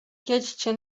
jedźcie